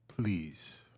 Please